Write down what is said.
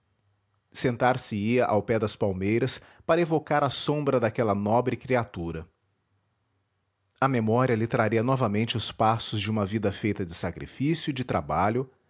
sentar se ia ao pé das palmeiras para evocar a sombra daquela nobre criatura a memória lhe traria novamente os passos de uma vida feita de sacrifício e de trabalho